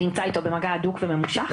נמצא איתו במגע הדוק וממושך.